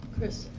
chris